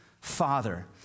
Father